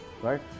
right